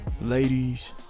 ladies